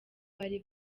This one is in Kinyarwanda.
bari